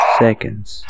seconds